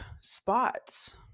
spots